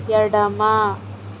ఎడమ